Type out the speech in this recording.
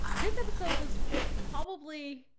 this episode was probably,